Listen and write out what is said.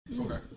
Okay